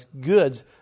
goods